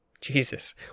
jesus